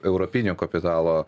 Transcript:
europinio kapitalo